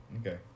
Okay